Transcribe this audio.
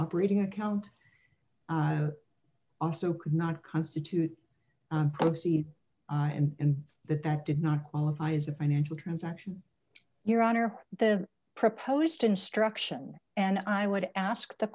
operating account also could not constitute z and that that did not qualify as a financial transaction your honor the proposed instruction and i would ask the